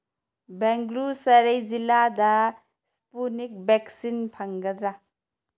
ꯕꯦꯒ꯭ꯂꯨꯁꯔꯤ ꯖꯤꯂꯥꯗ ꯏꯁꯄꯨꯠꯅꯤꯛ ꯚꯦꯛꯁꯤꯟ ꯐꯪꯒꯗ꯭ꯔꯥ